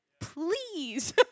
please